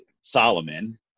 Solomon